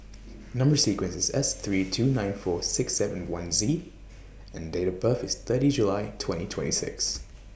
Number sequence IS S three two nine four six seven one Z and Date of birth IS thirty July twenty twenty six